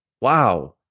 Wow